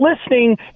listening